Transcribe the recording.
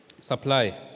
Supply